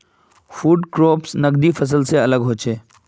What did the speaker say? food crops नगदी फसल से अलग होचे